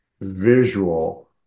visual